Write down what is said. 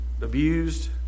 abused